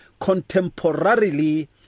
contemporarily